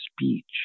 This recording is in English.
speech